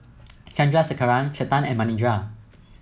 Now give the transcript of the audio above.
Chandrasekaran Chetan and Manindra